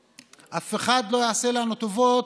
אף אחד לא יעשה לנו טובות.